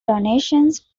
donations